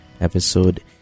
episode